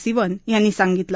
सिवन यांनी सांगितलं